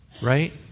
right